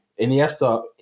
Iniesta